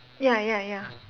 ya ya ya